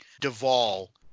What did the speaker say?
Duvall